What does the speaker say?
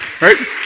right